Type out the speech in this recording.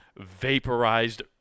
vaporized